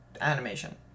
animation